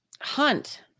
Hunt